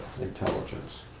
intelligence